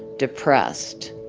depressed,